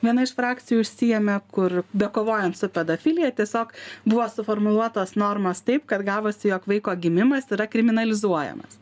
viena iš frakcijų užsiėmė kur bekovojant su pedofilija tiesiog buvo suformuluotos normos taip kad gavosi jog vaiko gimimas yra kriminalizuojamas